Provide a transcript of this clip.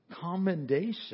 commendation